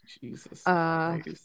Jesus